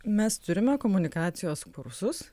mes turime komunikacijos kursus